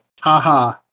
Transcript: haha